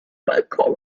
balkon